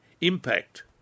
impact